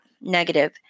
negative